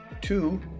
Two